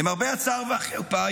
למרבה הצער והחרפה,